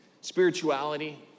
spirituality